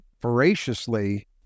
voraciously